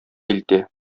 илтә